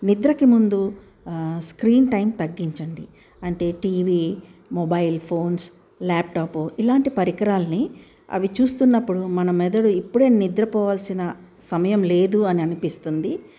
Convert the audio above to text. నిద్రకి ముందు screen time తగ్గించండి అంటే టీవీ మొబైల్ ఫోన్స్ ల్యాప్టాప్ ఇలాంటి పరికరాల్ని అవి చూస్తున్నప్పుడు మన మెదడు ఇప్పుడే నిద్రపోవాల్సిన సమయం లేదు అని అనిపిస్తుంది